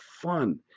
fun